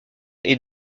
est